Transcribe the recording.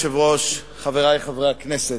אדוני היושב-ראש, חברי חברי הכנסת,